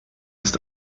ist